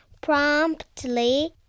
promptly